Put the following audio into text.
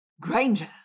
Granger